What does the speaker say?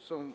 съм